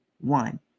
one